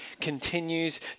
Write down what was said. continues